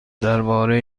درباره